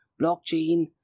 blockchain